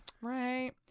Right